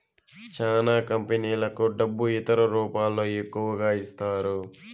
చానా కంపెనీలకు డబ్బు ఇతర రూపాల్లో ఎక్కువగా ఇస్తారు